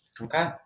Okay